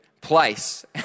place